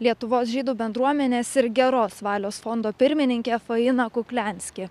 lietuvos žydų bendruomenės ir geros valios fondo pirmininkė faina kukliansky